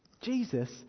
Jesus